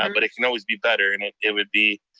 um but it can always be better. and it it would be,